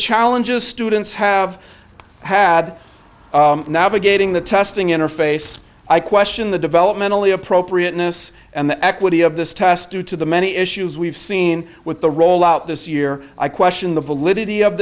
challenges students have had navigating the testing interface i question the developmentally appropriate notice and the equity of this test due to the many issues we've seen with the rollout this year i question the validity of